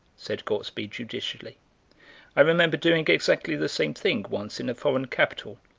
said gortsby judicially i remember doing exactly the same thing once in a foreign capital,